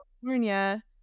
California